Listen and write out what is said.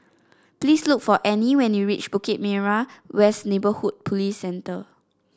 please look for Anne when you reach Bukit Merah West Neighbourhood Police Centre